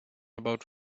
about